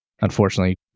unfortunately